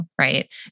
right